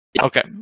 Okay